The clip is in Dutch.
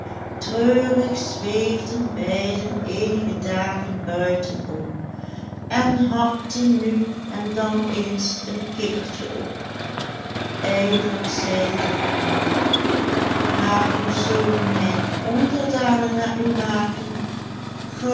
treurig zweefden beiden eenige dagen buiten om en hapten nu en dan eens een kikkertje op eindelijk zeide de kalif maar hoe zullen mijne onderdanen het nu maken